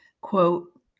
Quote